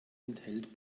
enthält